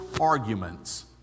arguments